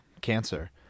Cancer